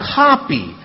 copy